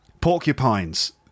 porcupines